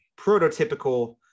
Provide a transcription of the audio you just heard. prototypical